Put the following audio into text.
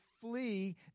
flee